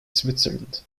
switzerland